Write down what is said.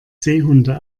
seehunde